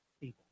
people